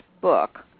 book